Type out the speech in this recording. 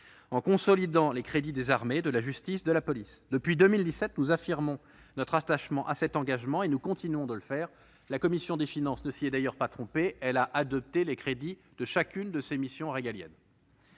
en consolidant les crédits des armées, de la justice et de la police. Depuis 2017, nous affirmons notre attachement à cet engagement, et nous persistons dans cette voie. La commission des finances ne s'y est d'ailleurs pas trompée en adoptant les crédits de chacune de ces missions régaliennes.